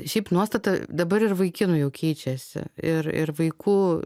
šiaip nuostata dabar ir vaikinų jau keičiasi ir ir vaikų